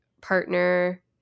partner